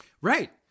Right